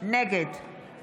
נגד